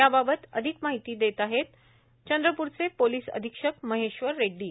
याबाबत अधिक माहिती देत आहेत चंद्रपूरचे पोलीस अधीक्षक महेश्वर रेड्डी